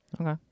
Okay